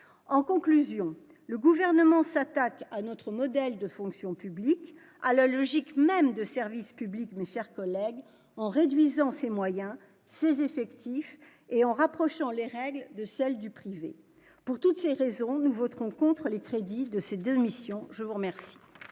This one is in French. en conclusion, le gouvernement s'attaque à notre modèle de fonction publique à la logique même de service public mais cher collègue en réduisant ses moyens ceux : effectifs et en rapprochant les règles de celles du privé, pour toutes ces raisons, nous voterons contre les crédits de ces 2 missions, je mer. Merci,